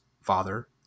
father